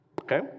Okay